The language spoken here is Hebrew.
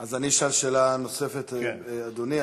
אז אני אשאל שאלה נוספת, אדוני.